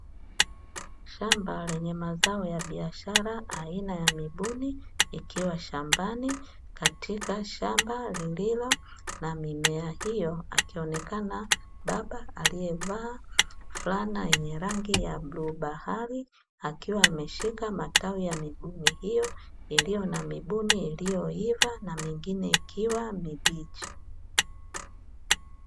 Shamba lenye mazao ya biashara aina na mibuni ikiwa shambani. Katika shamba lililo na mimea hiyo, akionekana baba aliyevaa fulana yenye rangi ya bluu bahari akiwa ameshika matawi ya mibuni hiyo, iliyo na mibuni iliyoiva na mingine ikiwa mibichi.